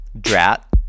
Drat